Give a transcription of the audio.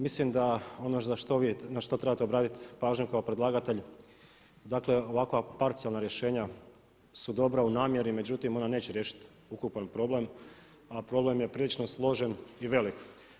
Mislim da ono na što trebate obratiti pažnju kao predlagatelj, dakle ovakva parcijalna rješenja su dobra u namjeri međutim ona neće riješiti ukupan problem a problem je prilično složen i velik.